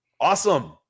Awesome